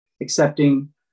accepting